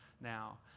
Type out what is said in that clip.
now